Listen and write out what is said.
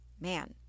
man